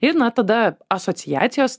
ir na tada asociacijos